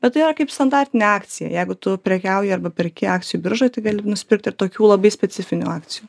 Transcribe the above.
bet tai yra kaip standartinė akcija jeigu tu prekiauji arba perki akcijų biržoj tai gali nusipirkt ir tokių labai specifinių akcijų